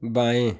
बाएं